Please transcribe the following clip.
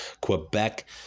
Quebec